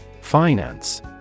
Finance